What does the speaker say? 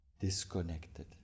disconnected